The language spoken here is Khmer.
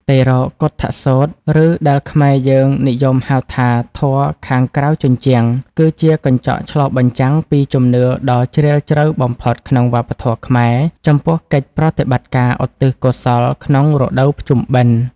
តិរោកុឌ្ឍសូត្រ ឬដែលខ្មែរយើងនិយមហៅថា ធម៌ខាងក្រៅជញ្ជាំង គឺជាកញ្ចក់ឆ្លុះបញ្ចាំងពីជំនឿដ៏ជ្រាលជ្រៅបំផុតក្នុងវប្បធម៌ខ្មែរ ចំពោះកិច្ចប្រតិបត្តិការឧទ្ទិសកុសលក្នុងរដូវភ្ជុំបិណ្ឌ។